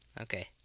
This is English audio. Okay